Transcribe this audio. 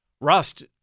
Rust